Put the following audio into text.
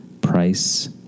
Price